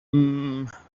هومممم